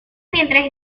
mientras